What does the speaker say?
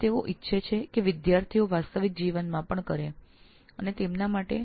તેઓ ઈચ્છે છે વિદ્યાર્થીઓ પણ વાસ્તવિક જીવનમાં આટલા ઊંડાણમાં ઉતરે